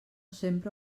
sempre